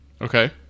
Okay